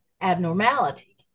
abnormality